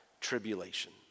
tribulation